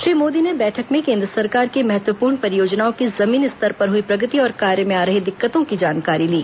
श्री मोदी ने बैठक में केन्द्र सरकार की महत्वपूर्ण परियोजनाओं की जमीनी स्तर पर हुई प्रगति और कार्य में आ रही दिक्कतों की जानकारी ली